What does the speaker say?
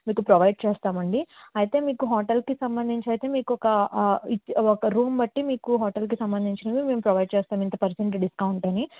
మీకు ప్రొవైడ్ చేస్తామ అండి అయితే మీకు హోటల్కి సంబంధించి అయితే మీకు ఒక రూమ్ని బట్టి మీకు హోటల్కి సంబంధించినవి మీకు ప్రొవైడ్ చేస్తాం ఇంత పర్సంటేజ్ డిస్కౌంట్ అని